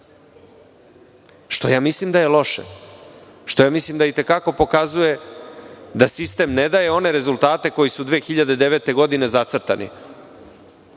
što ja mislim da je loše. Mislim da pokazuje da sistem ne daje one rezultate, koji su 2009. godine zacrtani.